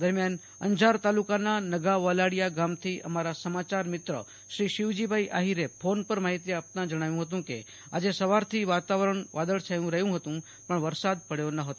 દરમિયાન અંજાર તાલુકાના નગરપાલિકા ગામથી અમારા સમાચારમિત્ર શ્રી શિવાજીભાઈ આફિરે ફોન પર માફિતી આપતા જણાવ્યું હતું કેઆંજે સવાર થી વાતાવરણ વાદળછાયું રહ્યું હતું પણ વરસાદ પડતા ન હતા